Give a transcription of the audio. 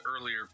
earlier